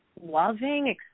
loving